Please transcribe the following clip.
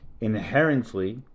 Inherently